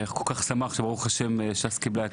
והוא כל כך שמח שברוך השם ש"ס קיבלה את